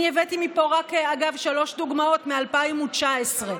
אני הבאתי רק שלוש דוגמאות מ-2019.